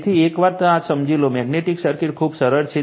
તેથી એકવાર આ સમજી લો મેગ્નેટિક સર્કિટ ખૂબ સરળ છે